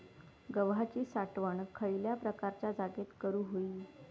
गव्हाची साठवण खयल्या प्रकारच्या जागेत करू होई?